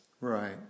Right